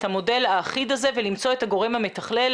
המודל האחיד הזה ולמצוא את הגורם המתכלל.